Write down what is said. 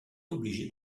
obligés